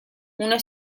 una